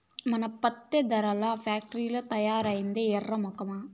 మన పత్తే దారాల్ల ఫాక్టరీల్ల తయారైద్దే ఎర్రి మొకమా